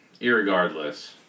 Irregardless